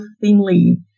thinly